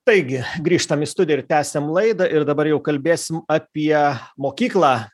taigi grįžtam į studiją ir tęsiam laidą ir dabar jau kalbėsim apie mokyklą